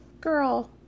girl